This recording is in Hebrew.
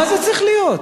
מה זה צריך להיות?